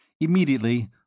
Immediately